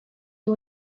you